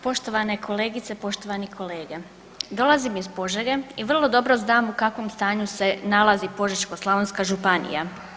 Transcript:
Poštovane kolegice i poštovani kolege, dolazim iz Požege i vrlo dobro znam u kakvom stanju se nalazi Požeško-slavonska županija.